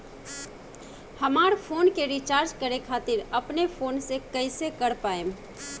हमार फोन के रीचार्ज करे खातिर अपने फोन से कैसे कर पाएम?